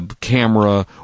camera